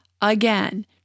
again